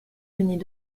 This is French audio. venaient